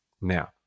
Now